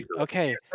Okay